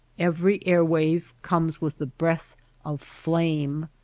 every air wave comes with the breath of flame,